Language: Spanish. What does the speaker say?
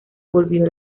volvió